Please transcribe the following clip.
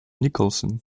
nicholson